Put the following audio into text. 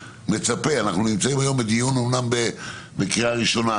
אנחנו נמצאים היום בדיון אומנם בקריאה הראשונה,